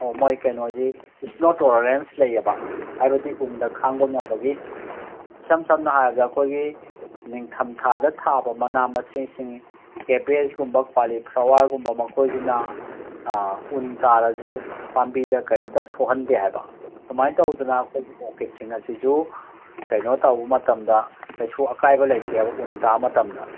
ꯑꯣ ꯃꯣꯏ ꯀꯩꯅꯣꯁꯤ ꯏꯁꯅꯣ ꯇꯣꯂꯔꯦꯟꯁ ꯂꯩꯑꯦꯕ ꯍꯥꯏꯕꯗꯤ ꯎꯟꯗ ꯈꯥꯡꯕ ꯉꯝꯕꯒꯤ ꯏꯁꯝ ꯁꯝꯅ ꯍꯥꯏꯔꯕꯗ ꯑꯩꯈꯣꯏꯒꯤ ꯅꯤꯡꯊꯝꯊꯥꯗ ꯊꯥꯕ ꯃꯅꯥ ꯃꯁꯤꯡꯁꯤꯡ ꯀꯦꯕꯦꯖꯀꯨꯝꯕ ꯀꯣꯂꯤꯐ꯭ꯂꯥꯋꯔꯒꯨꯝꯕ ꯃꯈꯣꯏꯁꯤꯅ ꯎꯟ ꯇꯥꯔꯁꯨ ꯄꯥꯝꯕꯤꯗ ꯀꯔꯤꯝꯇ ꯁꯣꯛꯍꯟꯗꯦ ꯍꯥꯏꯕ ꯑꯗꯨꯃꯥꯏꯅ ꯇꯧꯗꯅ ꯑꯩꯈꯣꯏ ꯑꯣꯔꯀꯤꯠꯁꯤꯡ ꯑꯁꯤꯁꯨ ꯀꯩꯅꯣꯇꯧꯕ ꯃꯇꯝꯗ ꯀꯩꯁꯨ ꯑꯀꯥꯏꯕ ꯂꯩꯇꯦꯕ ꯎꯟ ꯇꯥꯕ ꯃꯇꯝꯗ